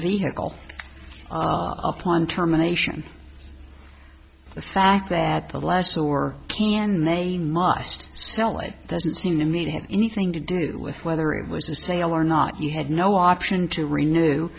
vehicle upon terminations the fact that the last or can they must sell it doesn't seem to me to have anything to do with whether it was a sale or not you had no option to renew